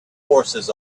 forces